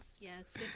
Yes